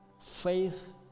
faith